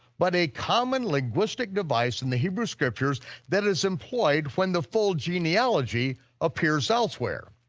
but a common linguistic device in the hebrew scriptures that is employed when the full genealogy appears elsewhere.